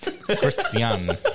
Christian